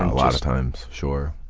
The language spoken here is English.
a lot of times, sure.